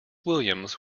williams